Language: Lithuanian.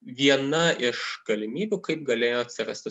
viena iš galimybių kaip galėjo atsirasti